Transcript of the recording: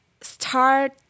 start